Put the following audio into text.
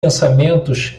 pensamentos